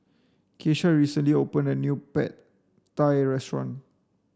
Keisha recently opened a new Pad Thai restaurant